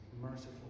merciful